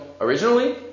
originally